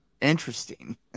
interesting